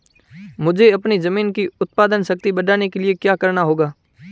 मुझे अपनी ज़मीन की उत्पादन शक्ति बढ़ाने के लिए क्या करना होगा?